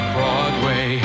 Broadway